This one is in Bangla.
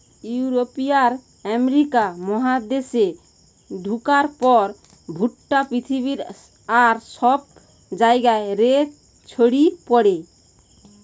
ইউরোপীয়রা আমেরিকা মহাদেশে ঢুকার পর ভুট্টা পৃথিবীর আর সব জায়গা রে ছড়ি পড়ে